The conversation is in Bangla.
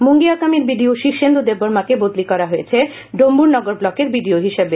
মুঙ্গিয়াকামির বিডিও শীর্ষেন্দু দেববর্মা কে বদলি করা হয়েছে ডম্বুরনগর ব্লকের বিডিও হিসেবে